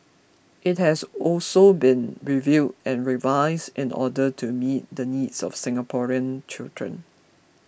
it has also been reviewed and revised in the order to meet the needs of Singaporean children